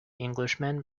englishman